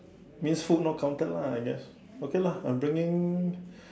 means food not counted lah I guess okay lah I am bringing